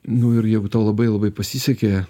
nu ir jau tau labai labai pasisekė